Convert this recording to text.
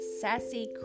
sassy